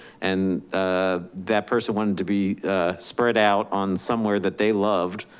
and ah that person wanted to be spread out on somewhere that they loved,